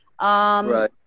Right